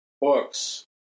books